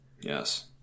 Yes